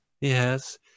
Yes